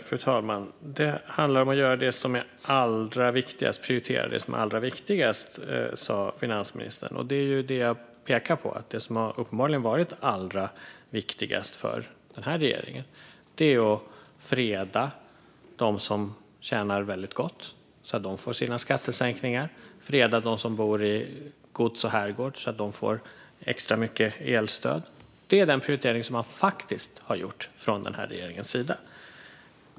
Fru talman! Det handlar om att göra det som är allra viktigast och att prioritera det som är allra viktigast, sa finansministern. Det är det jag pekar på. Det som uppenbarligen har varit allra viktigast för denna regering har varit att freda dem som tjänar väldigt gott, så att de får sina skattesänkningar, och att freda dem som bor i gods och herrgård, så att de får extra mycket elstöd. Det är den prioritering som man faktiskt har gjort från regeringens sida.